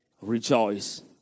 rejoice